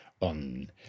on